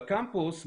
בקמפוס,